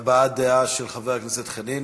הבעת דעה של חבר הכנסת חנין,